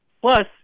Plus